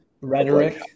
rhetoric